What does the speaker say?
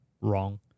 wrong